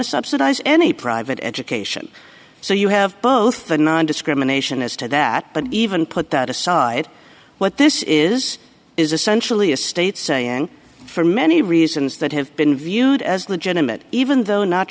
to subsidize any private education so you have both the nondiscrimination as to that but even put that aside what this is is essentially a state saying for many reasons that have been viewed as legitimate even though not